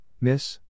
miss